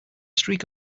streak